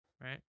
right